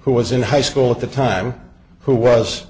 who was in high school at the time who was